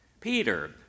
Peter